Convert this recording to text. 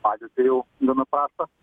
padėtį jau gana prastą